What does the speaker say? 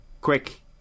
Quick